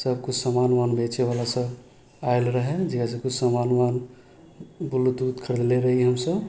सबकिछु सामान उमान बेचैवलासब आएल रहै जकरा सबके सामान उमान ब्लूटूथ खरीदने रहली हमसब